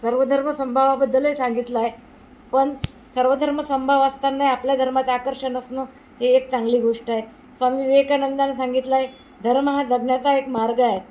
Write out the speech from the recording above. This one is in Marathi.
सर्वधर्म समभावाबद्दल सांगितलं आहे पण सर्वधर्म समभाव असताना आपल्या धर्माचं आकर्षण असणं ही एक चांगली गोष्ट आहे स्वामी विवेकानंदानं सांगितलं आहे धर्म हा जगण्याचा एक मार्ग आहे